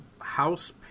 House